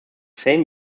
same